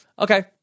Okay